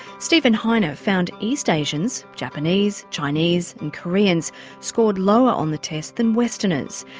steven heine ah found east asians japanese, chinese and koreans scored lower on the test than westerners.